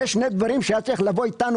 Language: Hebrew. אלה שני דברים שהיה צריך לבוא איתנו